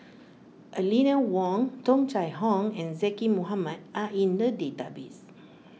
Eleanor Wong Tung Chye Hong and Zaqy Mohamad are in the database